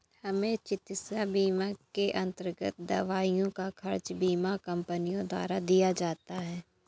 क्या चिकित्सा बीमा के अन्तर्गत दवाइयों का खर्च बीमा कंपनियों द्वारा दिया जाता है?